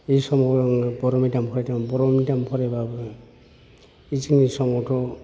बे समाव जोङो बर' मेडियाम फरायदोंमोन बर' मेडियाम फरायबाबो बे जोंनि समावथ'